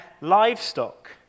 livestock